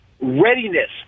readiness